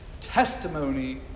Testimony